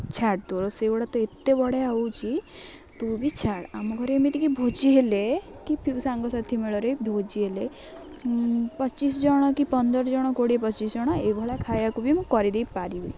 ଛାଡ଼ ତୋ ରୋଷେଇଗୁଡ଼ା ତ ଏତେ ବଢ଼ିଆ ହେଉଛି ତୁ ବି ଛାଡ଼ ଆମ ଘରେ ଏମିତିକି ଭୋଜି ହେଲେ କି ସାଙ୍ଗସାଥି ମେଳରେ ଭୋଜି ହେଲେ ପଚିଶ ଜଣ କି ପନ୍ଦର ଜଣ କୋଡ଼ିଏ ପଚିଶ ଜଣ ଏଇଭଳିଆ ଖାଇବାକୁ ବି ମୁଁ କରିଦେଇପାରିବି